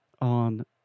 on